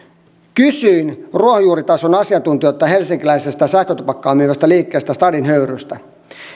kysyin ruohonjuuritason asiantuntijoilta helsinkiläisestä sähkötupakkaa myyvästä liikkeestä stadin höyrystä